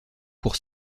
pour